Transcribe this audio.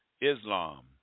Islam